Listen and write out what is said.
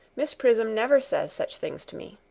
miss prism never says such things to me.